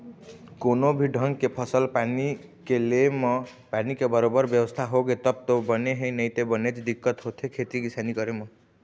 कोनो भी ढंग के फसल पानी के ले म पानी के बरोबर बेवस्था होगे तब तो बने हे नइते बनेच दिक्कत होथे खेती किसानी करे म